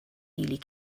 nearly